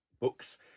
books